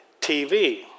TV